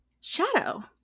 shadow